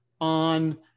on